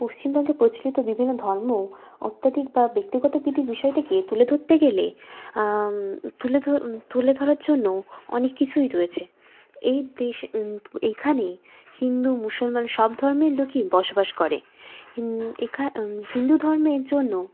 পশ্চিমবঙ্গে প্রচলিত বিভিন্ন ধর্ম অত্যাধিক বা ব্যক্তিগত বিধি বিষয়টিকে তুলে ধরতে গেলে তুলের তুলে ধরার জন্য অনেক কিছুই রয়েছে এই দেশ এইখানে হিন্দু মুসলমান সব ধর্মের লোকই বসবাস করে এখা হিন্দু ধর্মের জন্য